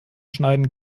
schneiden